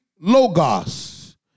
logos